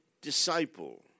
disciple